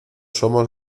somos